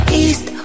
east